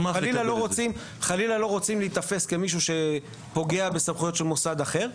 חלילה לא רוצים להיתפס כמישהו שפוגע בסמכויות של מוסד אחר.